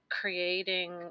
creating